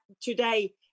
today